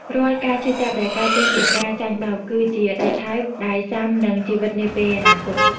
រាល់ការឈឺចាប់ដែលកើតចេញពីការចាញ់បោក គឺជាដែកថែបដែលស៊ាំនឹងជីវិតនាពេលអនាគត។